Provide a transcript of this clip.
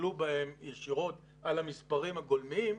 ותסתכלו ישירות על המספרים הגולמיים,